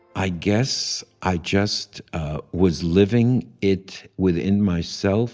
i guess i just was living it within myself